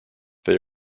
they